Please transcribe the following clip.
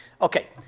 Okay